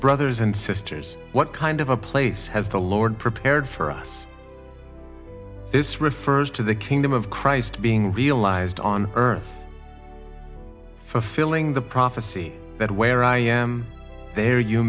brothers and sisters what kind of a place has the lord prepared for us this refers to the kingdom of christ being realized on earth for filling the prophecy that where i am there you